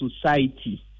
society